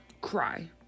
cry